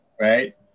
right